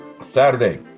Saturday